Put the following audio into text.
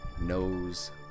knows